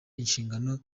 inshingano